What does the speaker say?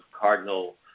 Cardinal